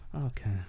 Okay